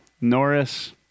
norris